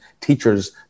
teachers